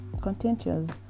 contentious